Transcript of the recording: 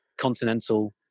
continental